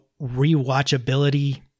rewatchability